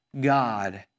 God